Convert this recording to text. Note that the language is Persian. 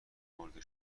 مرده